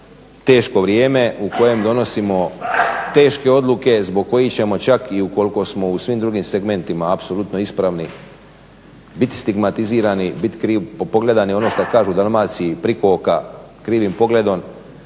teško vrijeme u kojem donosimo teške odluke zbog kojih ćemo čak i ukoliko smo u svim drugim segmentima apsolutno ispravni biti stigmatizirani, biti krivo pogledani, ono što kažu u Dalmaciji priko oka krivim pogledom.